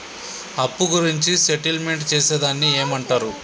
అప్పు గురించి సెటిల్మెంట్ చేసేదాన్ని ఏమంటరు?